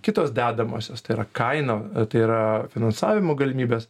kitos dedamosios tai yra kaina tai yra finansavimo galimybės